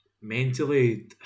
mentally